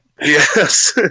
Yes